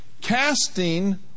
casting